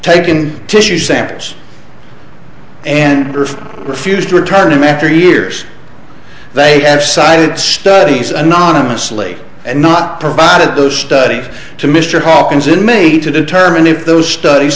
taken tissue samples and refused to return him after years they had cited studies anonymously and not provided those studies to mr hawkins and made to determine if those studies